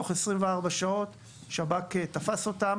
בתוך 24 שעות שב"כ תפס אותם.